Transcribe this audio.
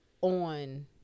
on